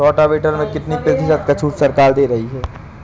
Rotavator में कितनी प्रतिशत का छूट सरकार दे रही है?